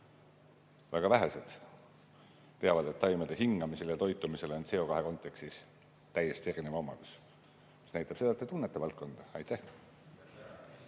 Väga vähesed teavad, et taimede hingamisel ja toitumisel on CO2kontekstis täiesti erinev omadus. See näitab seda, et te tunnete valdkonda. Aitäh,